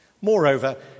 Moreover